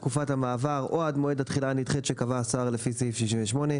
תקופת המעבר) או עד מועד התחילה הנדחית שקבע השר לפי סעיף 68,